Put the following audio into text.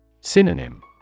Synonym